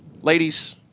Ladies